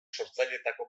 sortzaileetako